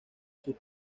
sus